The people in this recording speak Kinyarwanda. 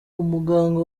umuganga